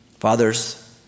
Fathers